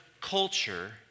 culture